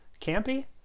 campy